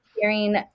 hearing